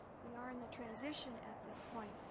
we are in the transition at this point,